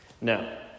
Now